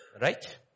Right